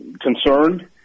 concerned